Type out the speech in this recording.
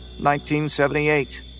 1978